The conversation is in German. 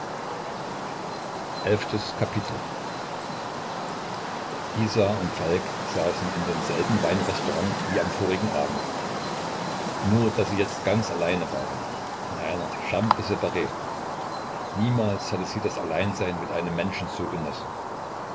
isa und falk saßen in demselben weinrestaurant wie am vorigen abend nur daß sie jetzt ganz allein waren in einer chambre spare niemals hatte sie das alleinsein mit einem menschen so genossen